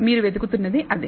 మీరు వెతుకుతున్నది అదే